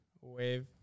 Wave